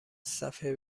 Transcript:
صفحه